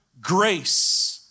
grace